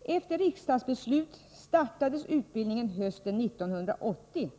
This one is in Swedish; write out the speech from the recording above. Efter riksdagsbeslut startades utbildningen hösten 1980.